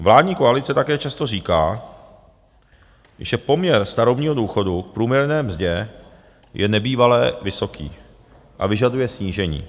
Vládní koalice také často říká, že poměr starobního důchodu k průměrné mzdě je nebývalé vysoký a vyžaduje snížení.